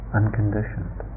unconditioned